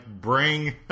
bring